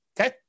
Okay